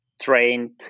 trained